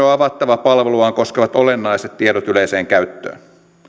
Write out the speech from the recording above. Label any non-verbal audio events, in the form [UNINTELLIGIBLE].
[UNINTELLIGIBLE] on avattava palveluaan koskevat olennaiset tiedot yleiseen käyttöön